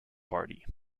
party